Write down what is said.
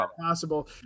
possible